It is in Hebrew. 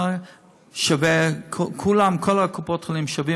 כל קופות-החולים שוות,